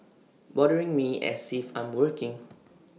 bothering me as if I'm working